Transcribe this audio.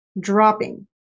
dropping